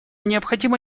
необходимо